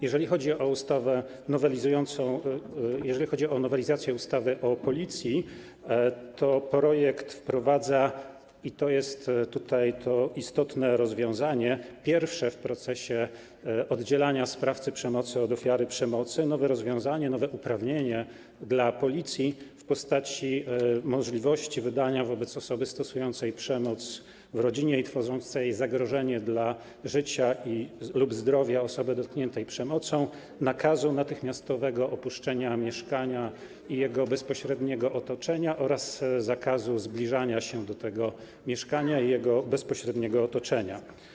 Jeżeli chodzi o nowelizację ustawy o Policji, to projekt wprowadza - i to jest tutaj to istotne rozwiązanie, pierwsze w procesie oddzielania sprawcy przemocy od ofiary przemocy - nowe rozwiązanie, nowe uprawnienie dla Policji w postaci możliwości wydania wobec osoby stosującej przemoc w rodzinie i tworzącej zagrożenie dla życia lub zdrowia osoby dotkniętej przemocą nakazu natychmiastowego opuszczenia mieszkania i jego bezpośredniego otoczenia oraz zakazu zbliżania się do tego mieszkania i jego bezpośredniego otoczenia.